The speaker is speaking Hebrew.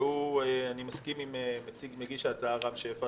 שאני מסכים עם מגיש ההצעה רם שפע,